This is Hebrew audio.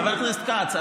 חבר הכנסת כץ,